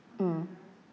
mm